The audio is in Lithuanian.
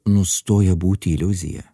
nustoja būti iliuzija